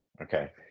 Okay